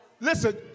Listen